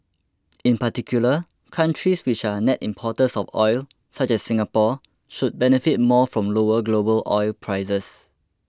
in particular countries which are net importers of oil such as Singapore should benefit more from lower global oil prices